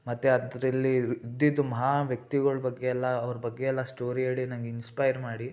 ಮತ್ತೆ ಅದರಲ್ಲಿ ಇದ್ದಿದ್ದು ಮಹಾ ವ್ಯಕ್ತಿಗಳ ಬಗ್ಗೆಯೆಲ್ಲ ಅವ್ರ ಬಗ್ಗೆಯೆಲ್ಲ ಸ್ಟೋರಿ ಹೇಳಿ ನಂಗೆ ಇನ್ಸ್ಪೈರ್ ಮಾಡಿ